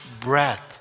breath